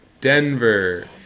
Denver